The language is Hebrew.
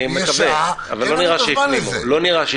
אני מקווה אבל לא נראה שהפנימו.